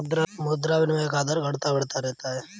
मुद्रा विनिमय के दर घटता बढ़ता रहता है